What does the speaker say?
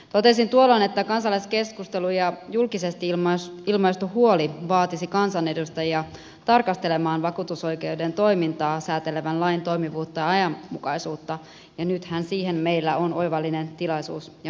totesin tuolloin että kansalaiskeskustelu ja julkisesti ilmaistu huoli vaatisi kansanedustajia tarkastelemaan vakuutusoikeuden toimintaa säätelevän lain toimivuutta ja ajanmukaisuutta ja nythän meillä on siihen oivallinen tilaisuus ja mahdollisuus